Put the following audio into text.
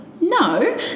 No